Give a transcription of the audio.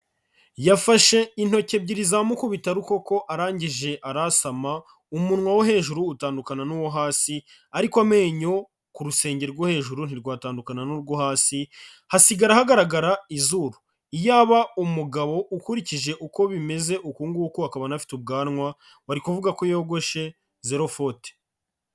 Yafashe intoki ebyiri za mukubitarukoko arangije aransama umunwa wo hejuru utandukana n'uwo hasi ariko amenyo ku rusenge rwo hejuru ntirwatandukana n'urwo hasi, hasigara hagaragara izuru. Iyaba umugabo ukurikije uko bimeze uku nguku akaba anafite ubwanwa, wari kuvuga ko yogoshe zero fote.